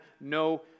no